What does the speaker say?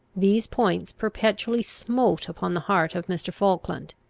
these points perpetually smote upon the heart of mr. falkland.